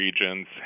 regions